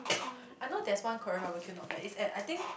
I know there's one Korean barbeque not bad it's at I think